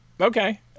okay